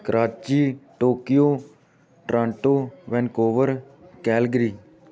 Karachi Tokyo Toronto Vancouver Calgary